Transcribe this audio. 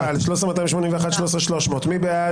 13,221 עד 13,240, מי בעד?